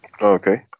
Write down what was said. Okay